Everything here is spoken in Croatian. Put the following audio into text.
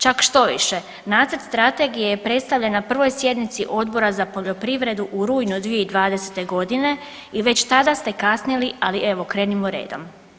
Čak štoviše, nacrt Strategije je predstavljen na 1. Sjednici Odbora za poljoprivredu u rujnu 2020. g. i već tada ste kasnili, ali evo, krenimo redom.